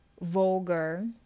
vulgar